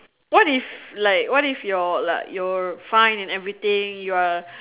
what if like what if your like you're fine and everything you're